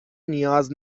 نیاز